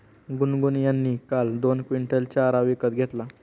गुनगुन यांनी काल दोन क्विंटल चारा विकत घेतला